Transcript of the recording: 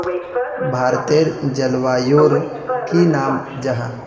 भारतेर जलवायुर की नाम जाहा?